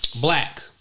Black